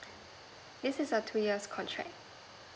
this is a two years contract